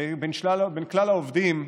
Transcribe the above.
בין כלל העובדים,